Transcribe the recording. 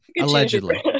Allegedly